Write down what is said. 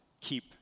keep